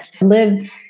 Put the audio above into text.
live